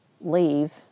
leave